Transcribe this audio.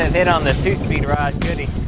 hit on the two speeds rod,